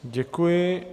Děkuji.